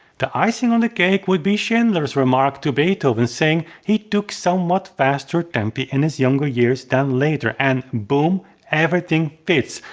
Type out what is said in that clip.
the icing on the cake would be schindler's remark to beethoven, saying he took somewhat faster tempi in his younger years than later. and boom, everything fits.